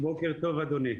בוקר טוב, אדוני.